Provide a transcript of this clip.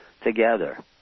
together